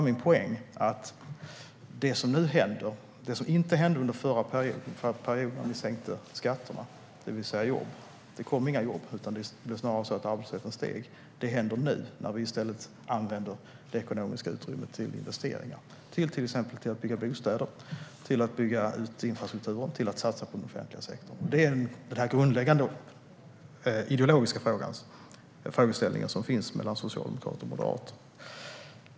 Min poäng var att under den förra perioden, då ni sänkte skatterna, kom det inte några jobb, utan snarare steg arbetslösheten. Jobben kommer nu när vi i stället använder det ekonomiska utrymmet till investeringar. Till exempel bygger vi bostäder, vi bygger ut infrastrukturen och vi satsar på den offentliga sektorn. Det är denna grundläggande ideologiska frågeställning som finns mellan socialdemokrater och moderater.